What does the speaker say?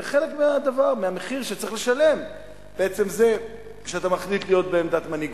זה חלק מהמחיר שצריך לשלם כשאתה מחליט להיות בעמדת מנהיגות.